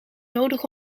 nodig